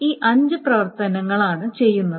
ഈ അഞ്ച് പ്രവർത്തനങ്ങളാണ് ചെയ്യുന്നത്